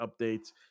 updates